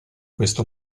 questo